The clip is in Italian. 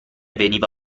veniva